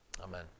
Amen